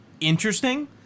interesting